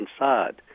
inside